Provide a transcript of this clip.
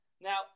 Now